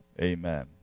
Amen